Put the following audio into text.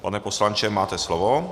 Pane poslanče, máte slovo.